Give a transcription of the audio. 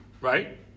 Right